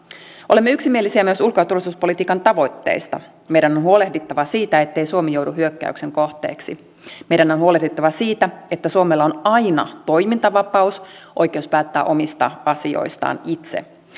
olemme yksimielisiä myös ulko ja turvallisuuspolitiikan tavoitteista meidän on huolehdittava siitä ettei suomi joudu hyökkäyksen kohteeksi meidän on huolehdittava siitä että suomella on aina toimintavapaus oikeus päättää omista asioistaan itse